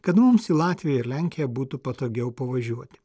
kad mums į latviją ir lenkiją būtų patogiau pavažiuoti